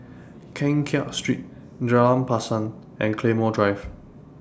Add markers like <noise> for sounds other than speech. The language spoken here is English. Keng Kiat Street Jalan <unintelligible> and Claymore Drive